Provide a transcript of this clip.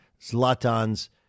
Zlatan's